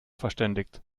verständigt